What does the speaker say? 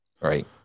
Right